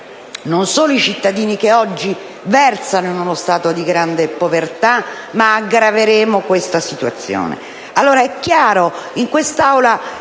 aiuteremo i cittadini che oggi versano in uno stato di grande povertà, ma addirittura aggraveremo questa situazione.